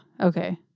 Okay